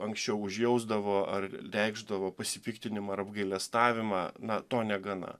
anksčiau užjausdavo ar reikšdavo pasipiktinimą ar apgailestavimą na to negana